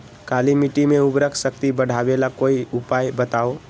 काली मिट्टी में उर्वरक शक्ति बढ़ावे ला कोई उपाय बताउ?